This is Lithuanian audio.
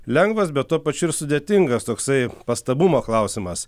lengvas bet tuo pačiu ir sudėtingas toksai pastabumo klausimas